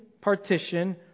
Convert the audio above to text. partition